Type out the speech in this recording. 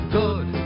good